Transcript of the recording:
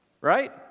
Right